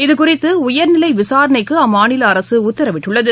இதுகுறித்துஉயர்நிலைவிசாரணைக்குஅம்மாநிலஅரசுஉத்தரவிட்டுள்ளது